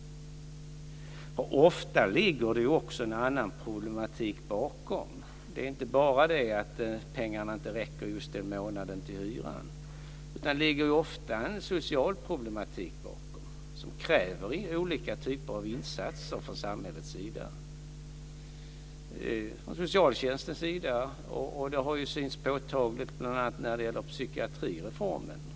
Ofta ligger det också en annan problematik bakom. Det är inte bara det att pengarna inte räcker just den månaden till hyran, utan ofta ligger det också en social problematik bakom som kräver olika typer av insatser från samhället, från socialtjänsten. Det har synts påtagligt bl.a. när det gäller psykiatrireformen.